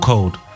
Code